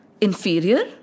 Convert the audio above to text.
inferior